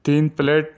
تین پلیٹ